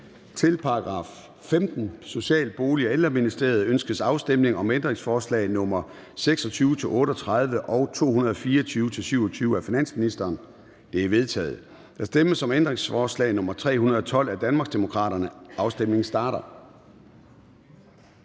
Til § 15. Social-, Bolig- og Ældreministeriet. Ønskes afstemning om ændringsforslag nr. 26-38 og 224-227 af finansministeren? De er vedtaget. Der stemmes om ændringsforslag nr. 312 af Danmarksdemokraterne. Afstemningen starter.